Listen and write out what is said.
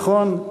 נכון?